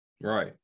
Right